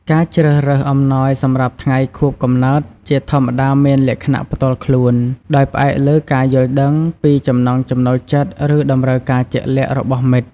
ការជ្រើសរើសអំណោយសម្រាប់ថ្ងៃខួបកំណើតជាធម្មតាមានលក្ខណៈផ្ទាល់ខ្លួន ដោយផ្អែកលើការយល់ដឹងពីចំណង់ចំណូលចិត្ត ឬតម្រូវការជាក់លាក់របស់មិត្ត។